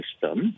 system